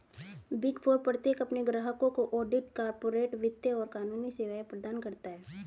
big four प्रत्येक अपने ग्राहकों को ऑडिट, कॉर्पोरेट वित्त और कानूनी सेवाएं प्रदान करता है